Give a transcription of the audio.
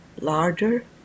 larger